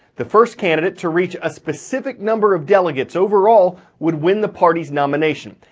the first candidate to reach a specific number of delegates overall would win the party's nomination.